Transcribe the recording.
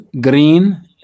Green